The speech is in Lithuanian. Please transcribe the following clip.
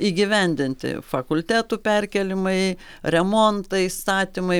įgyvendinti fakultetų perkėlimai remontai statymai